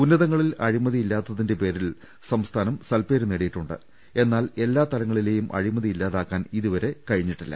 ഉന്നതങ്ങളിൽ അഴിമതി ഇല്ലാത്തതിന്റെ പേരിൽ സംസ്ഥാനം സൽപേര് നേടിയിട്ടുണ്ട് എന്നാൽ എല്ലാ തലങ്ങളിലേയും അഴിമതി ഇല്ലാതാക്കാൻ ഇതുവരെ കഴിഞ്ഞിട്ടില്ല